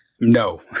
No